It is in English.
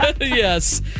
Yes